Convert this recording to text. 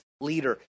leader